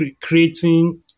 creating